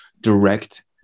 direct